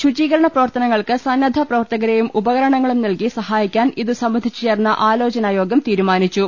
ശുചീകരണപ്രവർത്തനങ്ങൾക്ക് സന്നദ്ധ പ്രവർത്തകരെയും ഉപകരണങ്ങളും നൽകി നഹായിക്കാൻ ഇതു സംബന്ധിച്ചുചേർന്ന ആലോചനായോഗം തീരുമാനിച്ചു